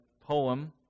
poem